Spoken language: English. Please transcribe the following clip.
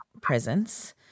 presence